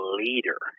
leader